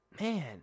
Man